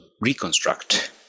Reconstruct